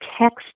text